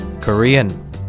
Korean